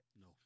no